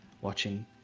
watching